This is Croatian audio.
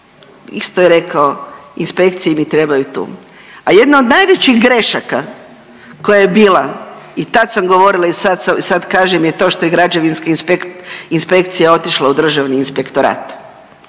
Isto je rekao inspekcije mi trebaju tu. A jedan od najvećih grešaka koja je bila i tad sam govorila i sad kažem je to što je građevinska inspekcija otišla u Državni inspektorat.